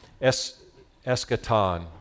eschaton